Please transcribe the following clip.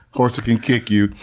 horses can kick you.